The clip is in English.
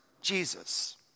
Jesus